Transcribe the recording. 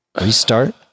Restart